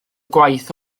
gwaith